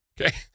okay